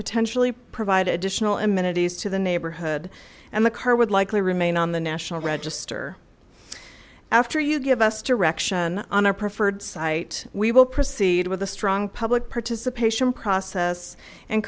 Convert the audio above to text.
potentially provide additional amenities to the neighborhood and the car would likely remain on the national register after you give us direction on our preferred site we will proceed with the strong public participation process and